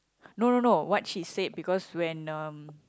no no no what she said because when um